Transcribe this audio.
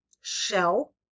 shell